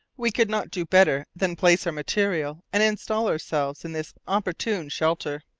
we could not do better than place our material and instal ourselves in this opportune shelter.